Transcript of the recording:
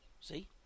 See